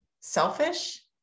selfish